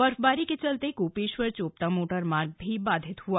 बर्फबारी के चलते गोपेष्वर चोपता मोटर मार्ग भी बाधित हआ